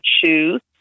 choose